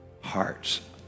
hearts